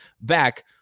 back